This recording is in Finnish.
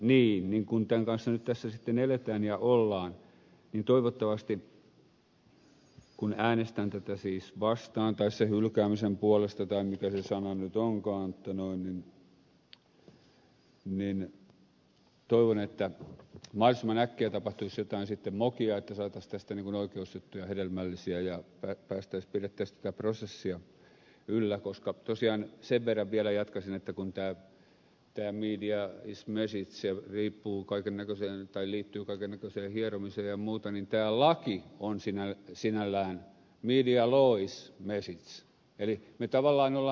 niin kun tämän kanssa nyt sitten eletään ja ollaan niin toivottavasti kun äänestän siis tätä vastaan tai sen hylkäämisen puolesta tai mikä se sana nyt onkaan niin toivon että mahdollisimman äkkiä tapahtuisi sitten jotain mokia että saataisiin tästä hedelmällisiä oikeusjuttuja ja pidettäisiin tätä prosessia yllä koska tosiaan sen verran vielä jatkaisin että kun tämä media is message se liittyy kaiken näköiseen hieromiseen ja muuta niin tämä laki on sinällään media law is message